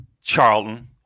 Charlton